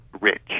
rich